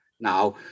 now